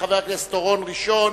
חבר הכנסת אורון ראשון,